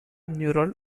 neural